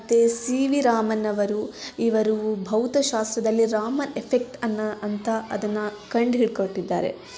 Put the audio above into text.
C V Raman ಅವರು ಇವರು ಭೌತಶಾಸ್ತ್ರದಲ್ಲಿ ರಾಮನ್ ಎಫೆಕ್ಟನ್ನು ಅಂತ ಅದನ್ನು ಕಂಡುಹಿಡ್ಕೊಟ್ಟಿದ್ದಾರೆ